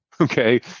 okay